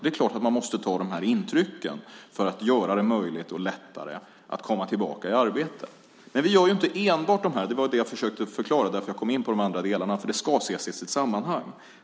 Det är klart att man måste ta intryck av detta för att göra det möjligt och lättare att komma tillbaka i arbete. Men vi gör inte enbart detta. Det var det jag försökte förklara när jag kom in på de andra delarna; det här ska ses i sitt sammanhang.